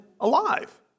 alive